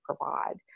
provide